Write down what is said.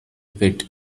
pit